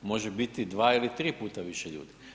Može biti 2 ili 3 puta više ljudi.